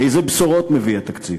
איזה בשורות מביא התקציב?